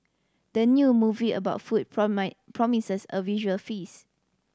the new movie about food promises a visual feast